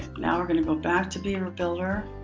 now we're going to go back to beaver builder.